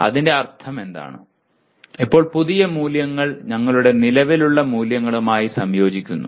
അതിന്റെ അർത്ഥമെന്താണ് ഇപ്പോൾ പുതിയ മൂല്യങ്ങൾ ഞങ്ങളുടെ നിലവിലുള്ള മൂല്യങ്ങളുമായി സംയോജിക്കുന്നു